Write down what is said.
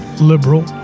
liberal